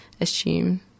assume